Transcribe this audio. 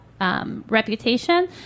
reputation